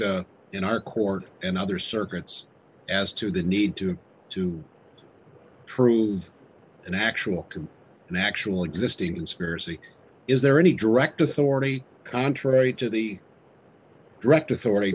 out in our court and other circuits as to the need to to true and actual an actual existing conspiracy is there any direct authority contrary to the direct authority